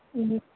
ꯎꯝ